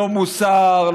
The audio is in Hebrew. לא מוסר,